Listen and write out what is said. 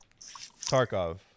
tarkov